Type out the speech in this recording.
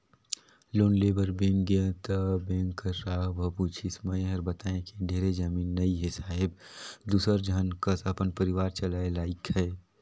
loan लेय बर bank गेंव त बेंक कर साहब ह पूछिस मै हर बतायें कि ढेरे जमीन नइ हे साहेब दूसर झन कस अपन परिवार चलाय लाइक हे